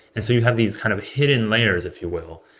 and so you have these kind of hidden layers, if you will,